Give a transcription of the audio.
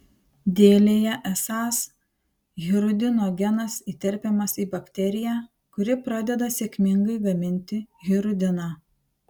dėlėje esąs hirudino genas įterpiamas į bakteriją kuri pradeda sėkmingai gaminti hirudiną